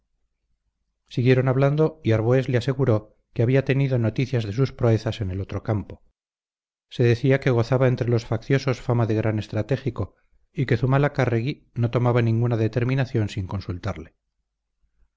siguieron hablando y arbués le aseguró que había tenido noticias de sus proezas en el otro campo se decía que gozaba entre los facciosos fama de gran estratégico y que zumalacárregui no tomaba ninguna determinación sin consultarle